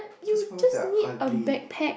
first of they're ugly